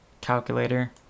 calculator